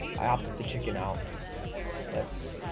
i opted to chicken out let's